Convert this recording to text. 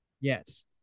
Yes